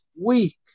week